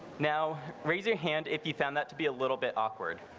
now raise your hand if you found that to be a little bit awkward.